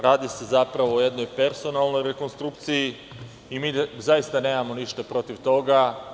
Radi se zapravo o jednoj personalnoj rekonstrukciji i mi zaista nemamo ništa protiv toga.